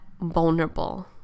vulnerable